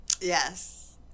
Yes